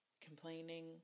complaining